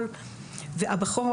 הבכור